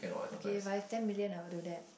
okay by ten million I will do that